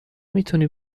میتونی